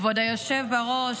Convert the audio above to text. כבוד היושב בראש,